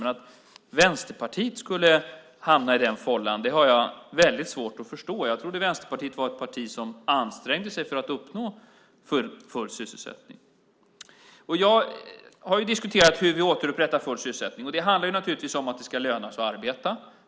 Men att Vänsterpartiet skulle hamna i den fållan har jag väldigt svårt att förstå. Jag trodde att Vänsterpartiet var ett parti som ansträngde sig för att uppnå full sysselsättning. Jag har diskuterat hur vi återupprättar full sysselsättning. Det handlar om att det ska löna sig att arbeta.